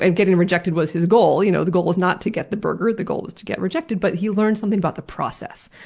and getting rejected was his goal you know the goal was not to get the burger, the goal was to get rejected. but he learned something about the process.